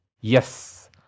Yes